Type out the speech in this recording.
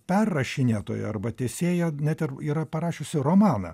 perrašinėtoja arba tęsėja net ir yra parašiusi romaną